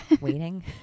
waiting